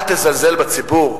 אל תזלזל בציבור.